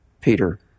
Peter